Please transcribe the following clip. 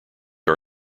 are